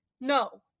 No